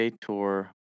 Tour